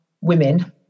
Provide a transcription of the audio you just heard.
women